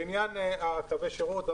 לעניין קווי שירות.